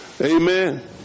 Amen